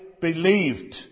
believed